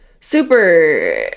super